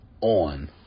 on